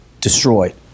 destroyed